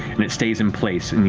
and it stays in place.